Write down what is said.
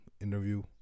interview